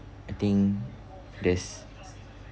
I think there's